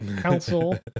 council